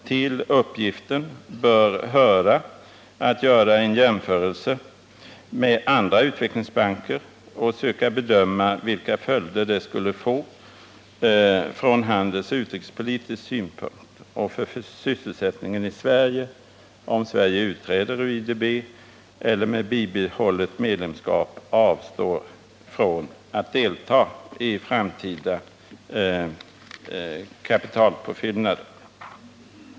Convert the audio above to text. Till upgiften bör höra att göra en jämförelse med andra utvecklingsbanker och försöka bedöma vilka följder det skulle få från handelsoch utrikespolitisk synpunkt och för sysselsättningen i Sverige om Sverige utträder ur IDB eller med bibehållet medlemskap avstår från att delta i framtida kapitalpåfyllnader.